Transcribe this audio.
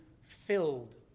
filled